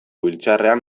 biltzarrean